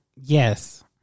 Yes